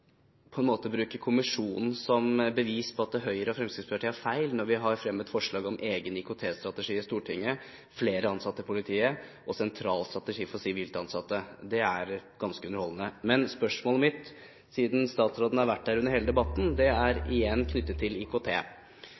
på at Høyre og Fremskrittspartiet tar feil når vi har fremmet forslag om egen IKT-strategi i Stortinget, flere ansatte i politiet og sentral strategi for sivilt ansatte. Det er ganske underholdende. Spørsmålet mitt – siden statsråden har vært til stede under hele debatten – er igjen knyttet til IKT.